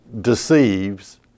deceives